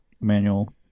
manual